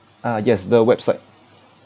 ah yes the website